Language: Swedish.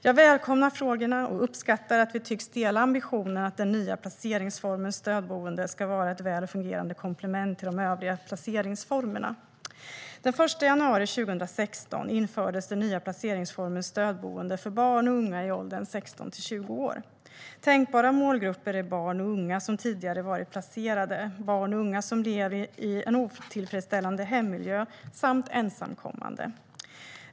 Jag välkomnar frågorna och uppskattar att vi tycks dela ambitionen att den nya placeringsformen stödboende ska vara ett väl fungerande komplement till de övriga placeringsformerna. Den 1 januari 2016 infördes den nya placeringsformen stödboende för barn och unga i åldern 16-20 år. Tänkbara målgrupper är barn och unga som tidigare varit placerade, barn och unga som lever i en otillfredsställande hemmiljö samt ensamkommande.